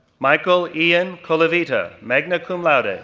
michael ian colavita, magna cum laude, ah